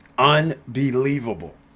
unbelievable